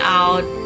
out